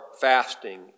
fasting